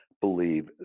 believe